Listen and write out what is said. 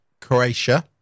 Croatia